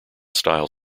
style